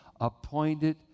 appointed